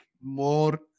more